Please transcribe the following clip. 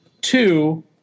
two